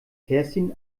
kerstin